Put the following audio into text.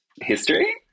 history